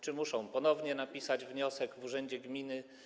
Czy muszą ponownie napisać wniosek do urzędu gminy?